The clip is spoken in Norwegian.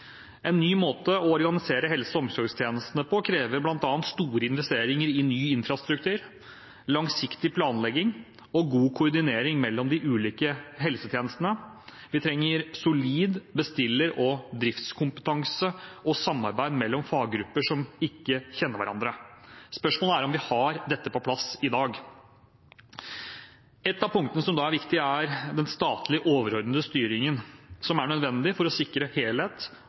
krever bl.a. store investeringer i ny infrastruktur, langsiktig planlegging og god koordinering mellom de ulike helsetjenestene. Vi trenger solid bestiller- og driftskompetanse og samarbeid mellom faggrupper som ikke kjenner hverandre. Spørsmålet er om vi har dette på plass i dag. Ett av punktene som da er viktig, er den statlige, overordnede styringen, som er nødvendig for å sikre helhet